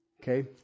Okay